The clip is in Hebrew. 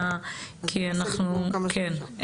כי אנחנו, כן.